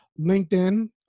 LinkedIn